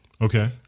Okay